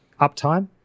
uptime